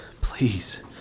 Please